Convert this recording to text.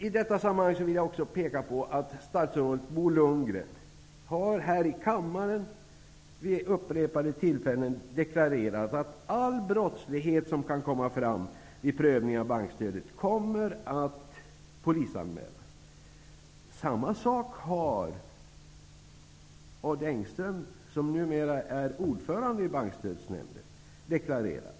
I det här sammanhanget vill jag också peka på att statsrådet Bo Lundgren här i kammaren vid upprepade tillfällen har deklarerat att all brottslighet som kan komma fram vid prövningen av bankstödet kommer att anmälas till polisväsendet. Samma sak har Odd Engström, som numera är ordförande i Bankstödsnämnden, deklarerat.